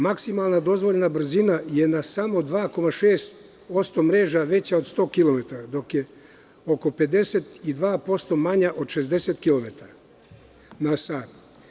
Maksimalna dozvoljena brzina je na samo 2,6% mreža veća od 100 kilometara, dok je oko 52% manja od 60 kilometara na sat.